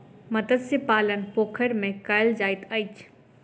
मत्स्य पालन पोखैर में कायल जाइत अछि